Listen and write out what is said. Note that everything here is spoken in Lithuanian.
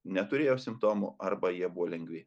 neturėjo simptomų arba jie buvo lengvi